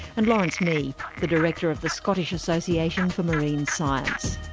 and lawrence mee, the director of the scottish association for marine science.